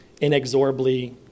inexorably